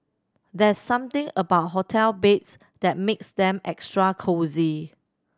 there's something about hotel beds that makes them extra cosy